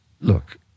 Look